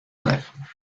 life